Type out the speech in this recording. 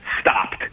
stopped